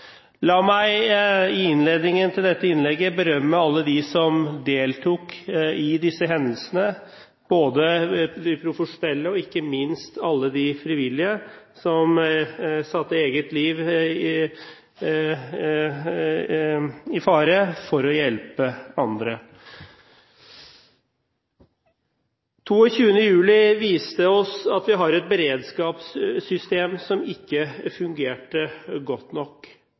La meg i innledningen til dette innlegget berømme alle dem som deltok i disse hendelsene, både de profesjonelle og ikke minst alle de frivillige, som satte eget liv i fare for å hjelpe andre. 22. juli viste oss at vi har et beredskapssystem som ikke fungerte godt nok